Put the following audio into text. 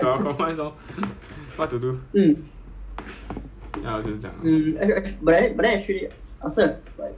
you want to get a you want to get a glimpse of what army is like right you are going in soon right 你是几号 ah